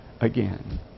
again